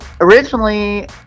originally